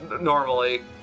normally